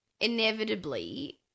inevitably –